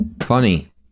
Funny